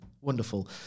Wonderful